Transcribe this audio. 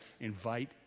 invite